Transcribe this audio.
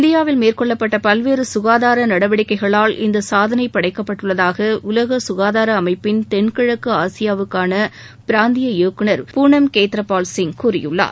இந்தியாவில் பல்வேறு நடவடிக்கைகளால் இந்த சாதனை படைக்கப்பட்டுள்ளதாக உலக ககாதார அமைப்பின் தென் கிழக்கு ஆசியாவுக்கான பிராந்திய இயக்குநர் பூனம் கேத்ர பால்சிங் கூறியுள்ளார்